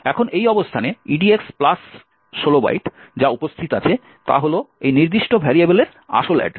এখন এই অবস্থানে EDX প্লাস 16 বাইট যা উপস্থিত আছে তা হল এই নির্দিষ্ট ভেরিয়েবলের আসল অ্যাড্রেস